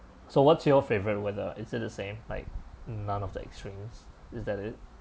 so what's your favourite weather is it the same like none of the extremes is that it